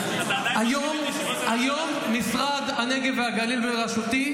היום משרד הנגב והגליל בראשותי,